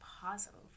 positive